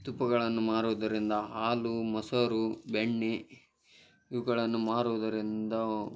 ತುಪ್ಪುಗಳನ್ನು ಮಾರುವುದರಿಂದ ಹಾಲು ಮೊಸರು ಬೆಣ್ಣೆ ಇವುಗಳನ್ನು ಮಾರುವುದರಿಂದವು